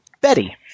Betty